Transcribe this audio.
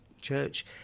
church